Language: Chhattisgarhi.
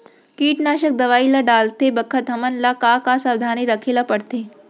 कीटनाशक दवई ल डालते बखत हमन ल का का सावधानी रखें ल पड़थे?